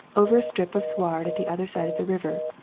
over a strip of sward at the other side of the river,